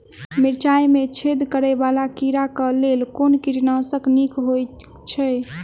मिर्चाय मे छेद करै वला कीड़ा कऽ लेल केँ कीटनाशक नीक होइ छै?